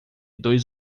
dois